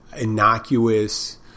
innocuous